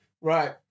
Right